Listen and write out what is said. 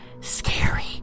scary